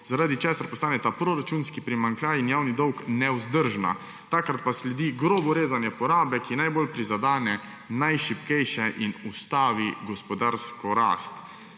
zaradi česar postaneta proračunski primanjkljaj in javni dolg nevzdržna. Takrat pa sledi grobo rezanje porabe, ki najbolj prizadene najšibkejše in ustavi gospodarsko rast.